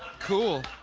cool.